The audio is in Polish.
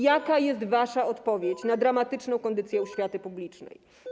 Jaka jest wasza odpowiedź na dramatyczną kondycję oświaty publicznej?